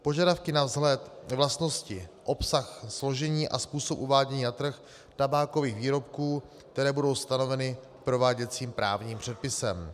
Požadavky na vzhled, vlastnosti, obsah, složení a způsob uvádění na trh tabákových výrobků, které budou stanoveny prováděcím právním předpisem.